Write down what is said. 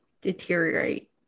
deteriorate